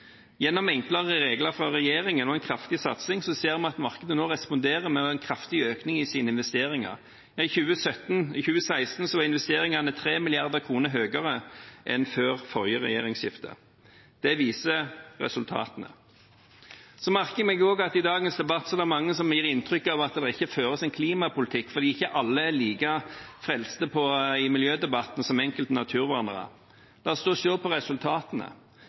Gjennom enklere regler fra regjeringen og en kraftig satsing ser vi at markedet nå responderer med en kraftig økning i sine investeringer. I 2016 var investeringene 3 mrd. kr høyere enn før forrige regjeringsskifte. Det viser resultatene. Jeg merker meg også at i dagens debatt er det mange som gir inntrykk av at det ikke føres en klimapolitikk fordi ikke alle er like frelste i miljødebatten som enkelte naturvernere. La oss da se på resultatene: